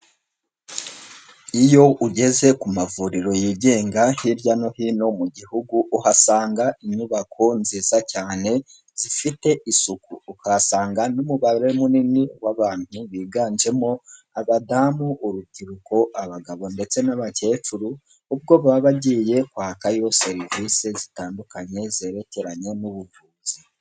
Iyo ugeze ku mavuriro yigenga hirya no hino mu gihugu uhasanga inyubako nziza cyane zifite isuku, ukahasanga n'umubare munini w'abantu biganjemo abadamu, urubyiruko, abagabo ndetse n'abakecuru, ubwo baba bagiye kwakayo serivisi zitandukanye zerekeranye n'ubuvuzi.